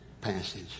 passage